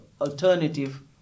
alternative